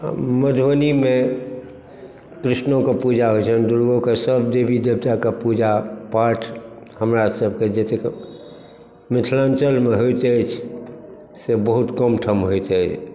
मधुबनीमे कृष्णोके पूजा होइ छै दुर्गोके सब देवी देवताके पूजा पाठ हमरा सबके जतेक मिथिलाञ्चलमे होइत अछि से बहुत कम ठाम होइत अछि